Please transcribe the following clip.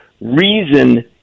reason